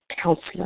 counselor